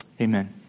Amen